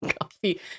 Coffee